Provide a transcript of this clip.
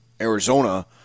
Arizona